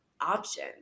option